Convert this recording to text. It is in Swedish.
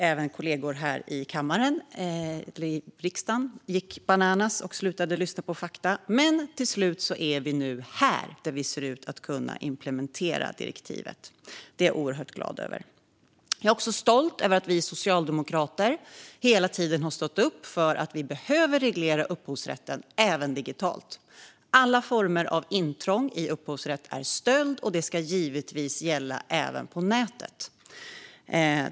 Även kollegor här i riksdagens kammare gick bananas och slutade lyssna på fakta, men till slut ser det nu ut som att vi kommer att kunna implementera direktivet. Det är jag oerhört glad över. Jag är också stolt över att vi socialdemokrater hela tiden har stått upp för att upphovsrätten behöver regleras, även digitalt. Alla former av intrång i upphovsrätt är stöld, och det ska givetvis gälla även på nätet.